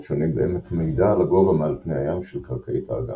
שונים בעמק מעידה על הגובה מעל פני הים של קרקעית האגם,